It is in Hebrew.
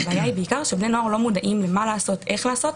בני נוער לא מודעים מה לעשות, איך לעשות,